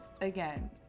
again